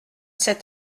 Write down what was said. sept